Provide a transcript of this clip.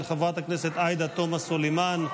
של חברת הכנסת עאידה תומא סלימאן.